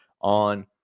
on